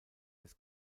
des